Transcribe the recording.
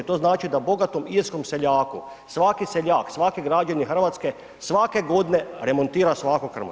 To znači da bogatom irskom seljaku, svaki seljak, svaki građanin Hrvatske, svake godine, remontira svaku krmaču.